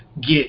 get